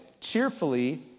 cheerfully